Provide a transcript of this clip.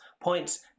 points